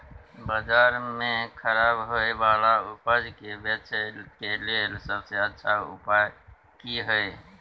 बाजार में खराब होय वाला उपज के बेचय के लेल सबसे अच्छा उपाय की हय?